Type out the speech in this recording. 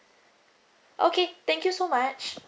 okay thank you so much